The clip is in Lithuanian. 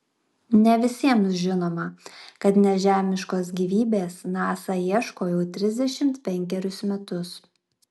ne visiems žinoma kad nežemiškos gyvybės nasa ieško jau trisdešimt penkerius metus